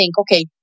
okay